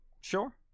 Sure